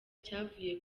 cyavuye